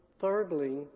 Thirdly